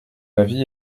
avis